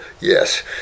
Yes